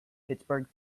pittsburgh